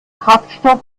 kraftstoff